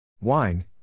Wine